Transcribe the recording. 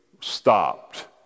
stopped